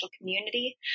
community